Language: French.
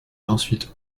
ensuite